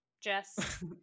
Jess